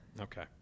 Okay